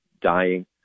dying